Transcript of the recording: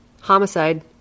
homicide